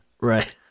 Right